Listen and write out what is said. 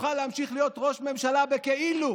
תוכל להמשיך להיות ראש ממשלה בכאילו,